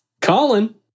Colin